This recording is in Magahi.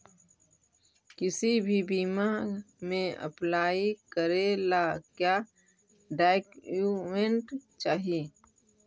किसी भी बीमा में अप्लाई करे ला का क्या डॉक्यूमेंट चाही?